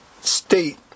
state